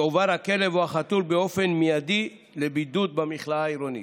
יועבר הכלב או החתול באופן מיידי לבידוד במכלאה העירונית.